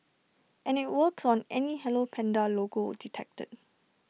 and IT works on any hello Panda logo detected